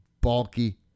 bulky